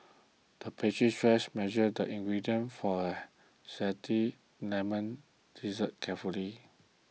the pastry chef measured the ingredients for a Zesty Lemon Dessert carefully